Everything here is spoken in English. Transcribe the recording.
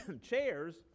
chairs